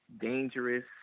dangerous